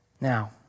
Now